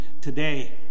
today